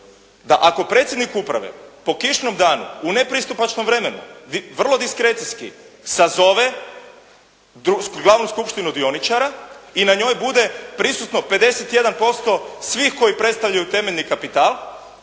da ako predsjednik uprave po kišnom danu u nepristupačnom vremenu, vrlo diskrecijski sazove glavnu skupštinu dioničara i na njoj bude prisutno 51% svih koji predstavljaju temeljni kapital.